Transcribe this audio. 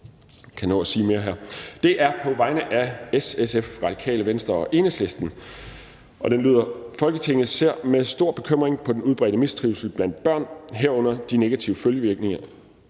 kan nå at sige mere her, og det er på vegne af S, SF, RV og EL: Forslag til vedtagelse »Folketinget ser med stor bekymring på den udbredte mistrivsel blandt børn, herunder de negative følgevirkninger